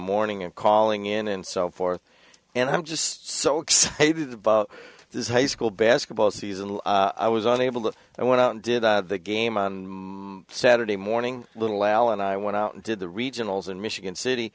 morning and calling in and so forth and i'm just so excited about this high school basketball season and i was only able to i went out and did the game on saturday morning little al and i went out and did the regionals in michigan city